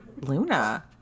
Luna